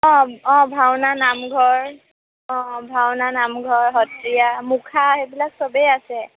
অঁ অঁ ভাওনা নামঘৰ অঁ অঁ ভাওনা নামঘৰ সত্ৰীয়া মুখা সেইবিলাক সবেই আছে